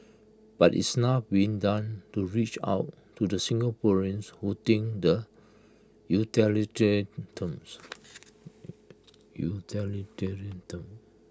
but is enough being done to reach out to the Singaporeans who think the utilitarian terms utilitarian terms